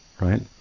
right